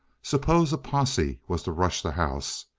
suppose a posse was to rush the house.